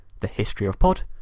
thehistoryofpod